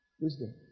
Wisdom